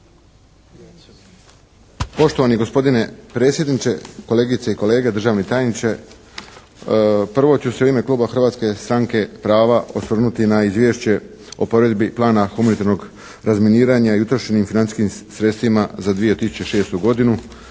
Poštovani gospodine predsjedniče, kolegice i kolege, državni tajniče. Prvo ću se u ime kluba Hrvatske stranke prava osvrnuti na izvješće o provedbi plana humanitarnog razminiranja i utrošenim financijskim sredstvima za 2006. godinu,